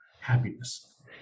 happiness